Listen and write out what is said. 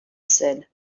said